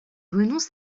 renonce